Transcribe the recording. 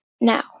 Now